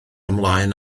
ymlaen